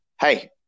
hey